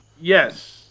Yes